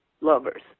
lovers